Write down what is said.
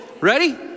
Ready